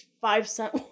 five-cent